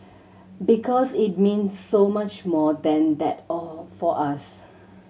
because it mean so much more than that all for us